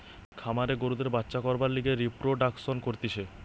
খামারে গরুদের বাচ্চা করবার লিগে রিপ্রোডাক্সন করতিছে